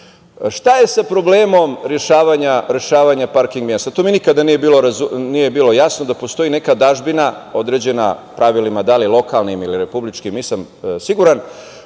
je sa problemom rešavanja parking mesta? Nikada mi nije bilo jasno da postoji neka dažbina, određena pravilima, da li lokalnim ili republičkim, nisam siguran,